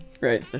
Right